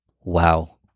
Wow